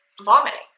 vomiting